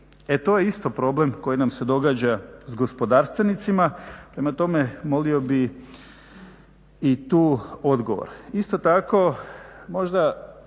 E to je isto problem koji nam se događa s gospodarstvenicima. Prema tome, molio bih i tu odgovor. Isto tako možda